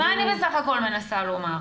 אז מה אני בסך הכול מנסה לומר?